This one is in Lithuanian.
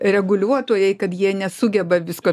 reguliuotojai kad jie nesugeba visko